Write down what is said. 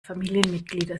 familienmitglieder